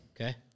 Okay